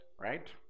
right